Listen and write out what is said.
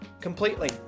completely